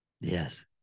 Yes